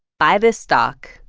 buy the stock,